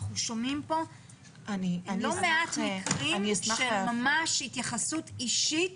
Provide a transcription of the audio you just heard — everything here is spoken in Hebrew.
אנחנו שומעים כאן לא על מעט מקרים שממש התייחסות אישית